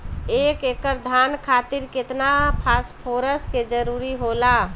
एक एकड़ धान खातीर केतना फास्फोरस के जरूरी होला?